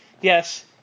yes